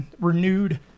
renewed